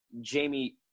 Jamie